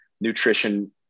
nutrition